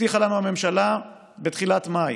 הבטיחה לנו הממשלה בתחילת מאי,